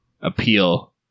appeal